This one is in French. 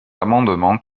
amendement